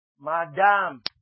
Madam